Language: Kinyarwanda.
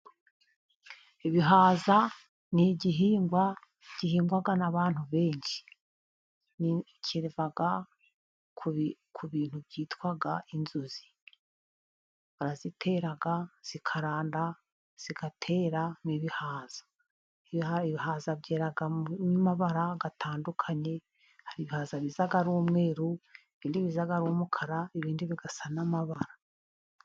Ibihaza ni igihingwa gihingwa n'abantu benshi, Kiva ku bintu byitwa inzuzi, barazitera zikaranda, zigatera n'ibihaza. Ibihaza byera mu mabara atandukanye. Hari ibihaza biza ari umweru, ibindi biza ari umukara, ibindi bigasa n'amabara.